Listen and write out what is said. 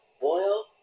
boil